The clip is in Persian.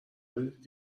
بدید